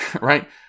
right